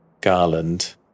garland